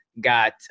got